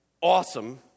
awesome